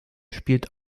spielt